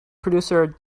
producer